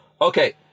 Okay